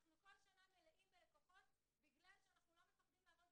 אנחנו כל שנה מלאים בלקוחות בגלל שאנחנו לא פוחדים לעבוד בשקיפות,